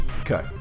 Okay